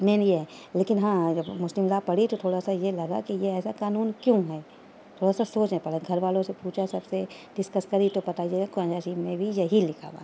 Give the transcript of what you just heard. مین یہ ہے لیکن ہاں اگر مسلم لا پڑھی تو تھوڑا سا یہ لگا کہ یہ ایسا قانون کیوں ہے تھوڑا سا سوچیں پہلے گھر والوں سے پوچھا سب سے ڈسکس کری تو پتا یہ لگا قرآن مجید میں یہی لکھا ہوا ہے